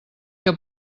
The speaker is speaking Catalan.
que